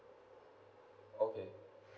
okay